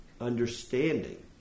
understanding